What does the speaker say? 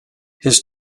his